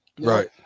right